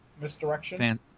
misdirection